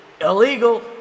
illegal